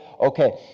okay